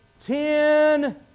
Ten